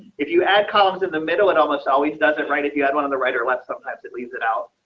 if you add columns in the middle and almost always does it right if you had one on the right or left. sometimes it leaves it out.